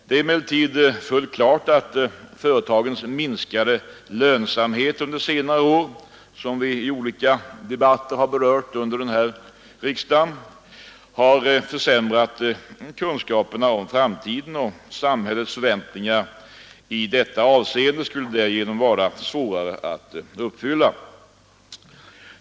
Det är emellertid fullt klart, att företagens minskade lönsamhet under senare år, som vi berört i olika debatter under denna riksdag, har försämrat kunskaperna om framtiden, och samhällets förväntningar i detta avseende skulle därigenom vara svårare att uppfylla.